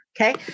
okay